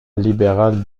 libéral